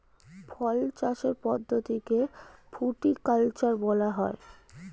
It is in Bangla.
ফল চাষের পদ্ধতিকে ফ্রুটিকালচার বলা হয়